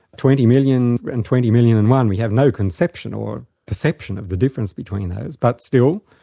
twenty million and twenty million and one we have no conception or perception of the difference between those, but still,